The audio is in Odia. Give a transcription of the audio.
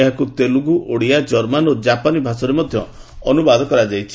ଏହାର ତେଲୁଗୁ ଓଡ଼ିଆ ଜର୍ମାନ୍ ଏବଂ ଜାପାନି ଭାଷାରେ ମଧ୍ୟ ଅନୁବାଦ କରାଯାଇଛି